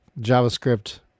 JavaScript